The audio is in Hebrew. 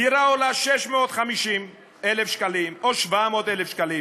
דירה עולה 650,000 שקלים או 700,000 שקלים.